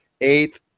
eighth